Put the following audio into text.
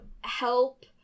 help